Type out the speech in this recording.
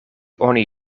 oni